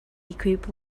equipped